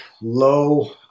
low